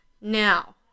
Now